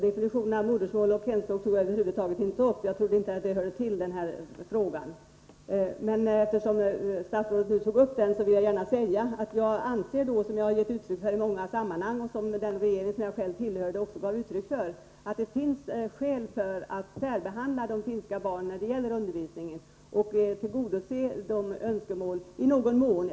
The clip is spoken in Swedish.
Definitionen av modersmål och hemspråk tog jag över huvud taget inte upp. Jag trodde inte det hörde till denna fråga. Men eftersom statsrådet nu tog upp detta vill jag gärna säga att jag har den uppfattningen — som jag har gett uttryck för i många sammanhang och som den regering jag själv tillhörde också gav uttryck för — att det finns skäl att särbehandla de finska barnen när det gäller undervisningen och tillgodose önskemålen i någon mån.